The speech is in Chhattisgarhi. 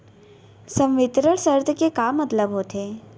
संवितरण शर्त के का मतलब होथे?